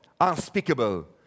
unspeakable